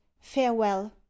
farewell